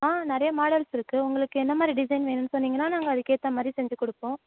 ஆ நிறைய மாடல்ஸ் இருக்குது உங்களுக்கு என்னமாதிரி டிசைன் வேணும்னு சொன்னீங்கனால் நாங்கள் அதுக்கேற்ற மாதிரி செஞ்சுக் கொடுப்போம்